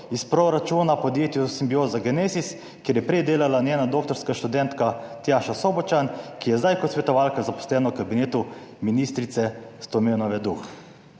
iz proračuna podjetju Simbioza Genesis, kjer je prej delala njena doktorska študentka, Tjaša Sobočan, ki je zdaj kot svetovalka zaposlena v kabinetu ministrice Stojanove Duh.